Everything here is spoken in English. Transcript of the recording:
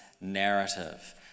narrative